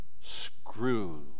Screw